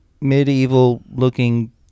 medieval-looking